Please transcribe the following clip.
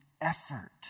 effort